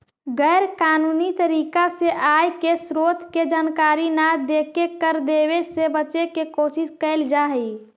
गैर कानूनी तरीका से आय के स्रोत के जानकारी न देके कर देवे से बचे के कोशिश कैल जा हई